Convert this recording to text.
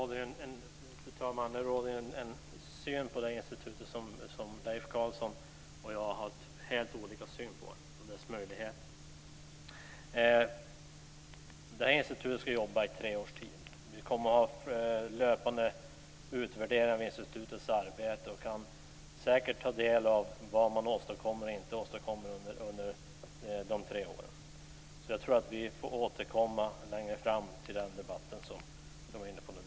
Fru talman! Leif Carlson och jag har helt olika syn på det här institutet och dess möjligheter. Institutet ska jobba i tre års tid. Det kommer att göras löpande utvärderingar av institutets arbete, och vi kan säkert ta del av vad man åstadkommer respektive inte åstadkommer under dessa tre år. Vi får nog återkomma längre fram till den debatt som vi är inne på nu.